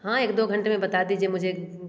हाँ एक दो घंटे में बता दीजिए मुझे